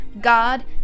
God